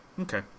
Okay